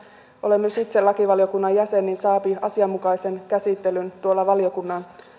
olen myös itse lakivaliokunnan jäsen saa asianmukaisen käsittelyn valiokunnan